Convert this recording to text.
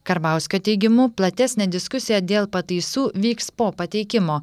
karbauskio teigimu platesnė diskusija dėl pataisų vyks po pateikimo